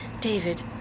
David